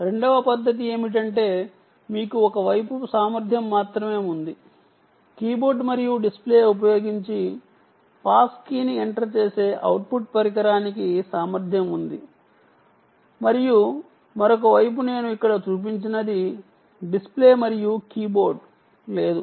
రెండవ పద్ధతి ఏమిటంటే మీకు ఒక వైపు సామర్ధ్యం మాత్రమే ఉంది కీబోర్డ్ మరియు డిస్ప్లే ఉపయోగించి పాస్ కీని ఎంటర్ చేసే అవుట్పుట్ పరికరానికి సామర్థ్యం ఉంది మరియు మరొక వైపు నేను ఇక్కడ చూపించినది డిస్ప్లే మరియు కీబోర్డ్ లేదు